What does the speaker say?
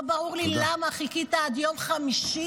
לא ברור לי למה חיכית עד יום חמישי